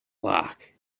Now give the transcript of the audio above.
lock